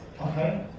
Okay